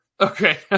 Okay